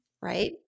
right